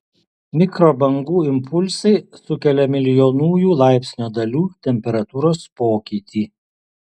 mikrobangų impulsai sukelia milijonųjų laipsnio dalių temperatūros pokytį